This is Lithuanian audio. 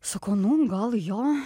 sakau nu gal jo